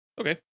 Okay